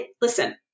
listen